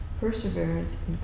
perseverance